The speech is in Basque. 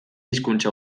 hizkuntza